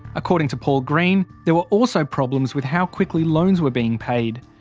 according to paul green, there were also problems with how quickly loans were being paid.